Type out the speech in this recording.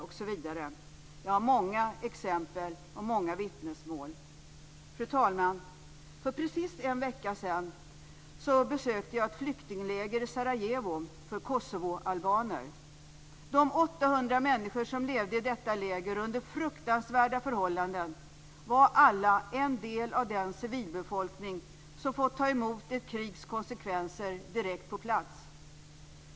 Jag har många exempel och många vittnesmål. För precis en vecka sedan besökte jag ett flyktingläger i Sarajevo för kosovoalbaner. De 800 människor som levde i detta läger under fruktansvärda förhållanden var alla en del av den civilbefolkning som fått ta emot ett krigs konsekvenser direkt på plats.